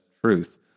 truth